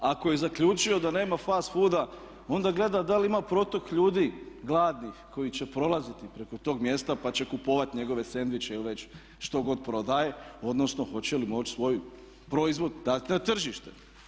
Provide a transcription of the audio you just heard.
Ako je zaključio da nema fast fooda onda gleda da li ima protok ljudi, gladnih koji će prolaziti preko tog mjesta pa će kupovati njegove sendviče ili već što god prodaje, odnosno hoće li moći svoj proizvod dati na tržište.